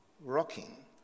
rocking